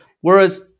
Whereas